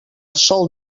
sol